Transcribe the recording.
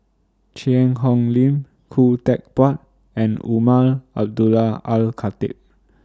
Cheang Hong Lim Khoo Teck Puat and Umar Abdullah Al Khatib